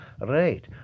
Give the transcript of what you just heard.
Right